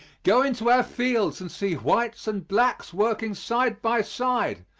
go into our fields and see whites and blacks working side by side.